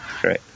Great